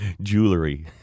Jewelry